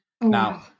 Now